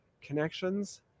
connections